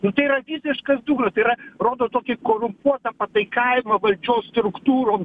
nu tai yra visiškas dūra tai yra rodo tokį korumpuotą pataikavimą valdžios struktūrom